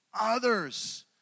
others